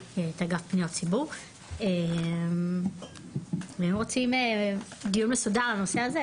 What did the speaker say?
ואנחנו פונים אלינו כאשר משהו נכשל.